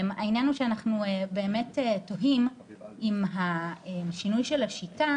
העניין הוא שאנחנו באמת תוהים, אם השינוי של השיטה